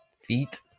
Feet